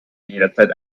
jederzeit